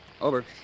Over